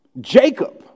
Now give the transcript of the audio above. Jacob